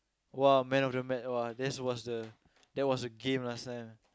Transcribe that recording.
!wah! man of the man !wah! that's was the that's was the game last time